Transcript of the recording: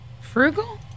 Frugal